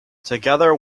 together